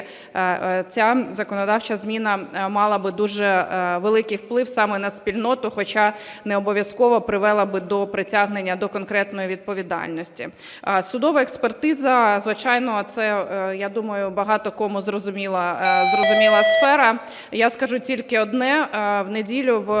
ця законодавча зміна мала би дуже великий вплив саме на спільноту, хоча необов'язково привела би до притягнення до конкретної відповідальності. Судова експертиза, звичайно, це, я думаю, багато кому зрозуміла сфера. Я скажу тільки одне, в неділю в